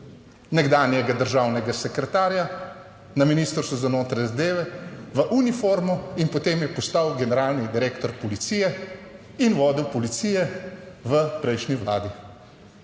nekdanjega državnega sekretarja na Ministrstvu za notranje zadeve v uniformo in potem je postal generalni direktor policije in vodil policije v prejšnji vladi.